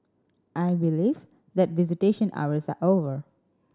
I believe that visitation hours are over